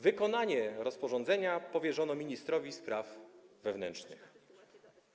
Wykonanie rozporządzenia powierzono ministrowi spraw wewnętrznych.